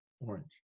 orange